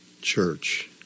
church